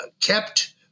kept